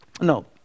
No